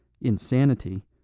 insanity